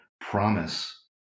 promise